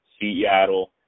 Seattle